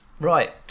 right